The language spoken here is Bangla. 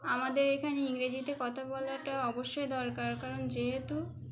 আমাদের এখানে ইংরেজিতে কথা বলাটা অবশ্যই দরকার কারণ যেহেতু